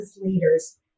leaders